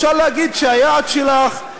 אפשר להגיד שהיעד שלך הוא,